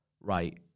right